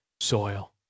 soil